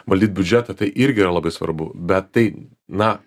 valdyt biudžetą tai irgi yra labai svarbu bet tai na